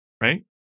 right